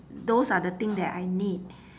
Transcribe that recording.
those are the thing that I need